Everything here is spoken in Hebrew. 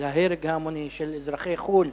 של ההרג ההמוני של אזרחי חו"ל,